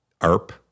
ARP